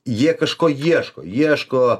jie kažko ieško ieško